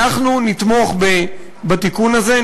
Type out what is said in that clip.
אנחנו נתמוך בתיקון הזה,